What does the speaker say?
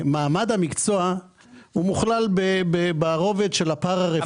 וגם מעמד המקצוע נכלל ברובד של הפרה-רפואי.